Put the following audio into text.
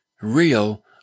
real